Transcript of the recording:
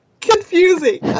confusing